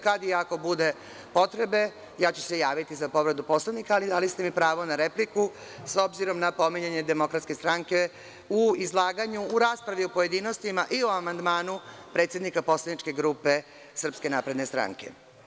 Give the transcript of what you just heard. Kada i ako bude potrebe, ja ću se javiti za povredu Poslovnika, ali dali ste mi pravo na repliku s obzirom na pominjanje Demokratske stranke u raspravi o pojedinostima i o amandmanu predsednika poslaničke grupe Srpske napredne stranke.